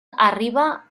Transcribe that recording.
arriba